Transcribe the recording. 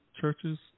churches